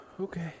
okay